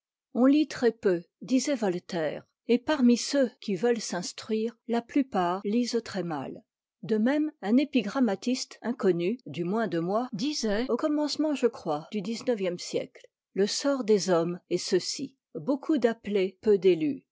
on lit très peu disait voltaire et parmi ceux qui veulent s'instruire la plupart lisent très mal de même un épigrammatiste inconnu du moins de moi disait au commencement je crois du xixe siècle le sort des hommes est ceci beaucoup d'appelés peu d'élus